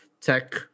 tech